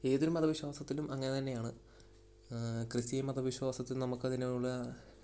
ഏതൊരു മതവിശ്വാസത്തിലും അങ്ങനെ തന്നെയാണ് ക്രിസ്തീയ മതവിശ്വാസത്തിൽ നമുക്ക് അതിനുള്ള